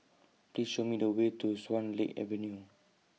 Please Show Me The Way to Swan Lake Avenue